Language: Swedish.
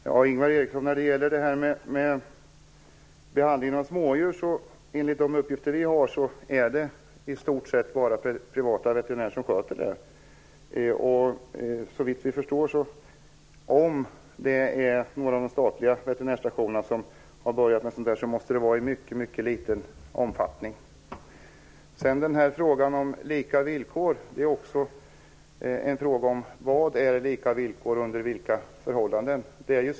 Fru talman! Ingvar Eriksson! När det gäller behandlingen av smådjur är det, enligt de uppgifter vi har, i stort sett bara privata veterinärer som sköter det. Om några av de statliga veterinärstationerna har börjat med sådant måste det, såvitt vi förstår, vara i mycket liten omfattning. Frågan om lika villkor är också en fråga om vad som är lika villkor och under vilka förhållanden.